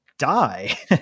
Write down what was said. Die